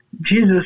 Jesus